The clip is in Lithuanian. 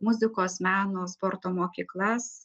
muzikos meno sporto mokyklas